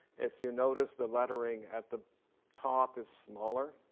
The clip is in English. as you notice the lettering at the top is smaller